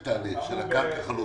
אם זה מתגבש, יש איזושהי הערכה.